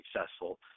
successful